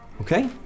Okay